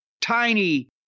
tiny